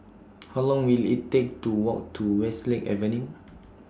How Long Will IT Take to Walk to Westlake Avenue